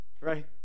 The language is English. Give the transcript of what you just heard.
right